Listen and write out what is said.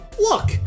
Look